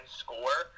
score